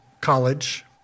college